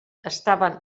estaven